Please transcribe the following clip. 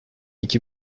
iki